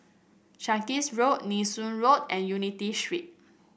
Sarkies Road Nee Soon Road and Unity Street